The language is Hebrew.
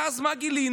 ואז, מה גילינו?